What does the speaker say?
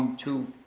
to